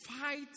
fight